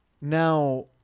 now